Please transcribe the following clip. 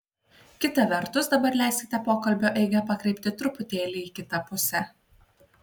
kita vertus dabar leiskite pokalbio eigą pakreipti truputėlį į kitą pusę